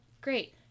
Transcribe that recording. great